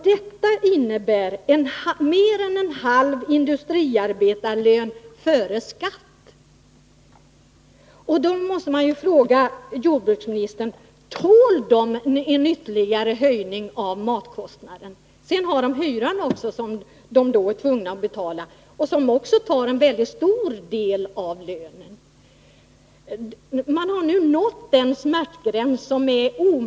Det är mer än en halv industriarbetarlön före skatt. Tål de en ytterligare höjning av matkostnaderna? Sedan tar hyran en stor del av lönen. Man har nu nått smärtgränsen.